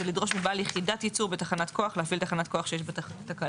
זה לדרוש מבעל יחידת ייצור בתחנת כוח להפעיל תחנת כוח שיש בה תקלה,